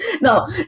No